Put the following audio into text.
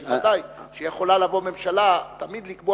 כי ודאי שיכולה לבוא ממשלה ותמיד לקבוע